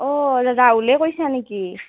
অ' ৰাহুলে কৈছা নেকি